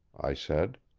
i said.